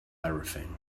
everything